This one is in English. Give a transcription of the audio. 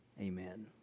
amen